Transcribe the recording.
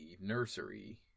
nursery